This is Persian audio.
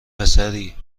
پسری